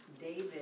David